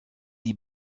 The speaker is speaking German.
die